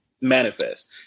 Manifest